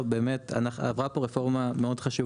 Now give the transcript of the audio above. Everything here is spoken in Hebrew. עברה פה רפורמה חשובה מאוד.